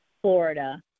Florida